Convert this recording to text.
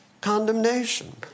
Condemnation